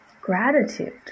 gratitude